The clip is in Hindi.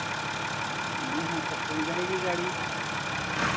यहाँ सब कहीं जाएगी गाड़ी